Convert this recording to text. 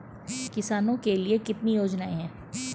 किसानों के लिए कितनी योजनाएं हैं?